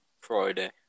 Friday